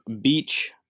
Beach